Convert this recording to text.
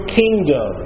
kingdom